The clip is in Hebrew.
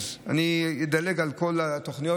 אני אדלג על כל התוכניות,